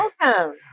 Welcome